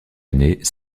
aînée